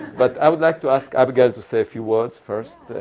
but i would like to ask abigail to say a few words first,